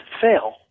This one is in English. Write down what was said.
fail